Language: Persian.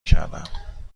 کردم